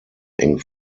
eng